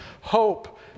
hope